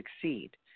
succeed